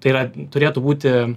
tai yra turėtų būti